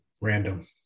random